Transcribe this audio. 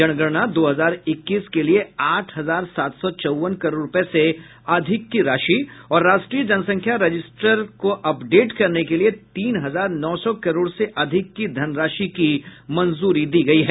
जनगणना दो हजार इक्कीस के लिए आठ हजार सात सौ चौवन करोड़ रुपए से अधिक की राशि और राष्ट्रीय जनसंख्या रजिस्टर को अपडेट करने के लिए तीन हजार नौ सौ करोड़ से अधिक की धनराशि की मंजूरी दी गई है